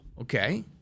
okay